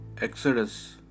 Exodus